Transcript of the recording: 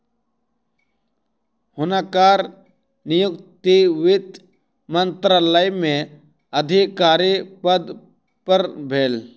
हुनकर नियुक्ति वित्त मंत्रालय में अधिकारी पद पर भेल